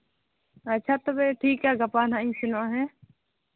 ᱟᱪᱪᱷᱟ ᱛᱚᱵᱮ ᱴᱷᱤᱠ ᱜᱮᱭᱟ ᱜᱟᱯᱟ ᱱᱟᱦᱟᱜ ᱤᱧ ᱥᱮᱱᱚᱜᱼᱟ